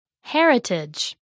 Heritage